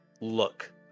look